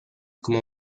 como